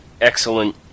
excellent